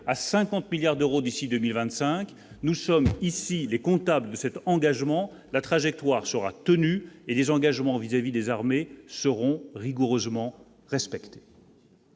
à 50 milliards d'euros d'ici 2025 nous sommes ici les comptables de cet engagement, la trajectoire sera tenu et les engagements vis-à-vis des armées seront rigoureusement respectée.